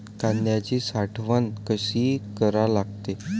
कांद्याची साठवन कसी करा लागते?